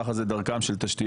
כך זה דרכן של תשתיות.